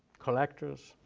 collectors,